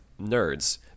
nerds